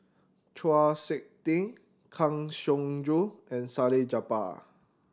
Chau Sik Ting Kang Siong Joo and Salleh Japar